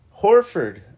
Horford